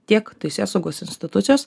tiek teisėsaugos institucijos